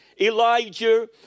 Elijah